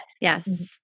yes